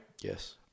Yes